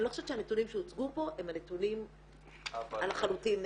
אני לא חושבת שהנתונים שהוצגו פה הם נתונים לחלוטין נקיים.